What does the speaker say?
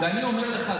ואני אומר לך,